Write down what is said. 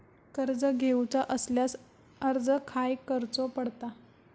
कर्ज घेऊचा असल्यास अर्ज खाय करूचो पडता?